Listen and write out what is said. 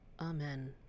Amen